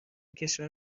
کشور